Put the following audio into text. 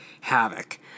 havoc